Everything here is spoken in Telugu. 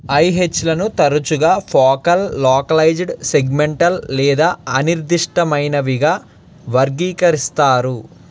ఐహెచ్లను తరచుగా ఫోకల్ లోకలైజ్డ్ సెగ్మెంటల్ లేదా అనిర్దిష్టమైనవిగా వర్గీకరిస్తారు